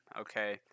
Okay